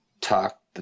talk